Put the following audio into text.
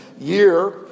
year